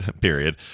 Period